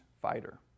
fighter